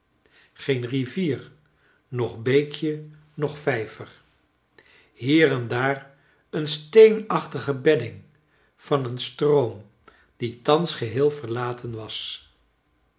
geen rivier noch beekje noch vijver hier en daar een steenachtige bedding van een stroom die thans geheel verlaten was